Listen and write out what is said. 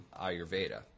Ayurveda